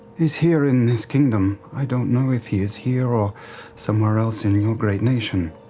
is here in this kingdom. i don't know if he is here or somewhere else in your great nation,